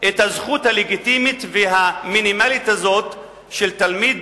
את הזכות הלגיטימית והמינימלית הזאת של תלמיד